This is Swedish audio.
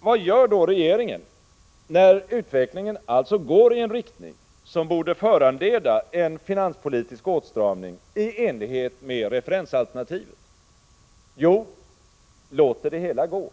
Vad gör då regeringen, när utvecklingen alltså går i en riktning som borde föranleda en finanspolitisk åtstramning i enlighet med referensalternativet? Jo, låter det hela gå!